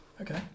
okay